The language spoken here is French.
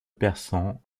persan